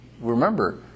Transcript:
remember